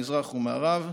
מזרח ומערב,